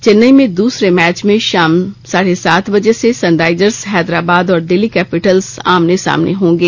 चेन्नई में दूसरे मैच में शाम साढ़े सात बजे से सनराइजर्स हैदराबाद और दिल्ली कैपिटल्स आमने सामने होंगे